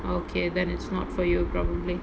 okay then it's not for you probably